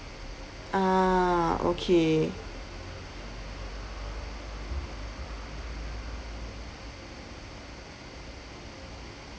ah okay